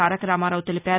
తారకరామారాపు తెలిపారు